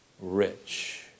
rich